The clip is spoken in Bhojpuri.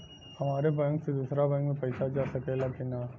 हमारे बैंक से दूसरा बैंक में पैसा जा सकेला की ना?